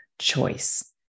choice